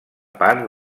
part